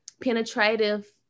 penetrative